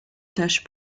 tâche